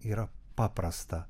yra paprasta